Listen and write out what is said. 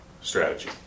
strategy